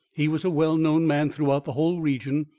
he was a well-known man throughout the whole region,